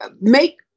make